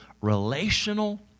relational